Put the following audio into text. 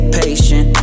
patient